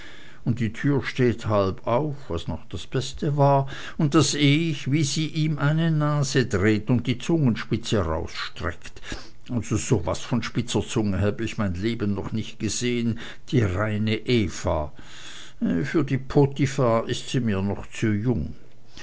und die tür steht halb auf was noch das beste war und da seh ich wie sie ihm eine nase dreht und die zungenspitze raussteckt so was von spitzer zunge hab ich mein lebtag noch nicht gesehen die reine eva für die